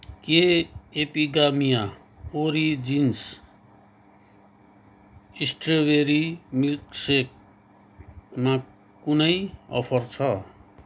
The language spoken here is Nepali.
के एपिगामिया ओरिजिन्स स्ट्रबेरी मिल्कसेकमा कुनै अफर छ